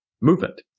movement